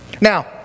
Now